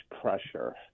pressure